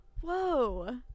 Whoa